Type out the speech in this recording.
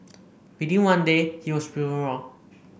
within one day he was proven wrong